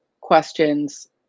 questions